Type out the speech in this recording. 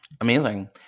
Amazing